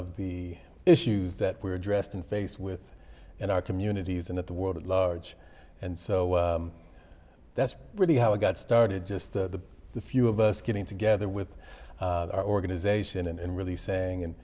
of the issues that were addressed and faced with in our communities and at the world at large and so that's really how we got started just the few of us getting together with our organization and really saying and